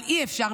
אבל אי-אפשר,